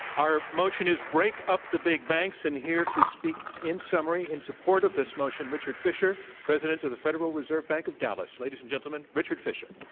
our motion is break up the big banks, and here to speak in summary in support of this motion, richard fisher, president of the federal reserve bank of dallas. ladies and gentleman, richard fisher.